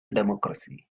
democracy